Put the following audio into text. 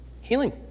Healing